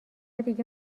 دیگه